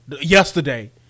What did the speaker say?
yesterday